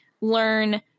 learn